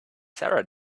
sarah